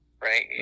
right